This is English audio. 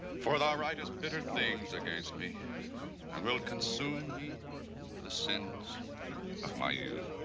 for thou writest bitter things against me and will consume me for the sins of my youth.